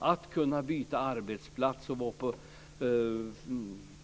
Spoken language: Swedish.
Man borde kunna byta arbetsplats och vara på